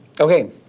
Okay